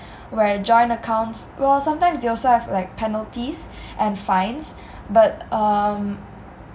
where joint accounts well sometimes they also have like penalties and fines but um